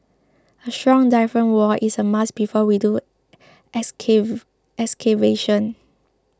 a strong diaphragm wall is a must before we do excavation